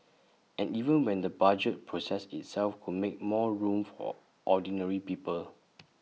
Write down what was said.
and even when the budget process itself could make more room for ordinary people